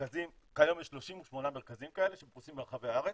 כיום יש 38 מרכזים כאלה שפרוסים ברחבי הארץ,